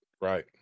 Right